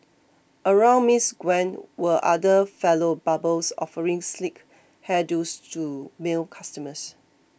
around Miss Gwen were other fellow barbers offering sleek hair do's to male customers